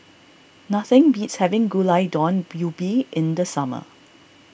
nothing beats having Gulai Daun Ubi in the summer